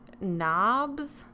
knobs